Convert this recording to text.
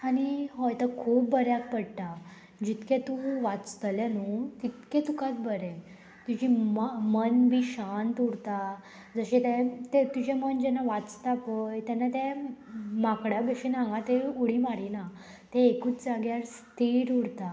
आनी हय तो खूब बऱ्याक पडटा जितकें तूं वाचतलें न्हू तितकें तुकाच बरें तुजी मन बी शांत उरता जशें तें तें तुजें मन जेन्ना वाचता पय तेन्ना तें माकड्या भशेन हांगा ते उडी मारिना ते एकूच जाग्यार स्थीर उरता